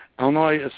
Illinois